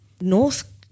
North